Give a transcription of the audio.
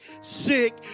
sick